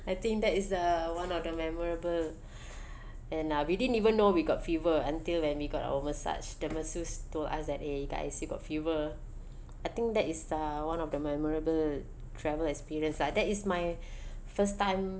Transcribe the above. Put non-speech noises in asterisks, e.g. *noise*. I think that is the one of the memorable *breath* and uh we didn't even know we got fever until when we got our massage the masseuse told us that eh guys you got fever I think that is uh one of the memorable travel experience lah that is my *breath* first time